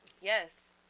Yes